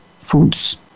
foods